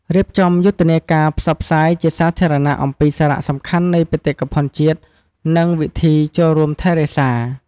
រៀបចំយុទ្ធនាការផ្សព្វផ្សាយជាសាធារណៈអំពីសារៈសំខាន់នៃបេតិកភណ្ឌជាតិ និងវិធីចូលរួមថែរក្សា។